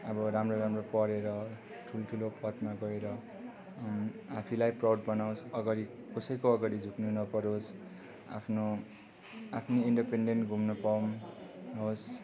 अब राम्रो राम्रो पढेर ठुलठुलो पदमा गएर आफूलाई प्राउड बनाउँछ अगाडि कसैको अगाडि झुक्नु नपरोस् आफ्नो आफ्नो इन्डिपेनडेन्ट घुम्न पाउँ होस्